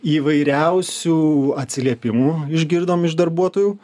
įvairiausių atsiliepimų išgirdom iš darbuotojų